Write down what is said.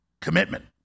commitment